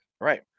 Right